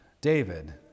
David